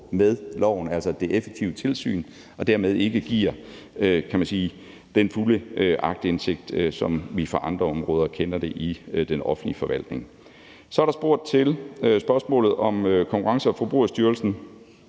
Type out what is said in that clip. med loven, altså det effektive tilsyn, og dermed ikke giver, kan man sige, den fulde aktindsigt, som vi kender det fra andre områder i den offentlige forvaltning. Så er der spurgt til, om Konkurrence- og Forbrugerstyrelsen